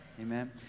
Amen